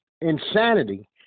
insanity